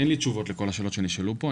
אין לי תשובות לכל השאלות שנשאלות פה.